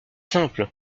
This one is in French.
simple